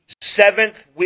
seventh